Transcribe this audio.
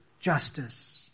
justice